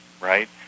right